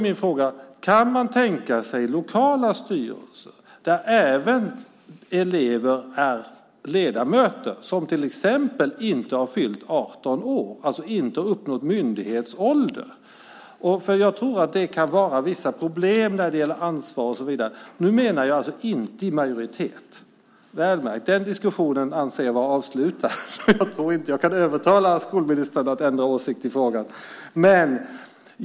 Min fråga är då: Kan man tänka sig lokala styrelser där även elever som till exempel inte har fyllt 18 år är ledamöter, det vill säga elever som inte uppnått myndighetsåldern? Det kan vara vissa problem när det gäller ansvar, och så vidare. Nu menar jag inte att eleverna ska vara i majoritet, väl att märka. Den diskussionen anser jag var avslutad. Jag tror inte att jag kan övertala skolministern att ändra åsikt i frågan.